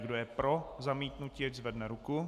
Kdo je pro zamítnutí, ať zvedne ruku.